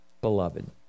beloved